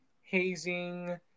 hazing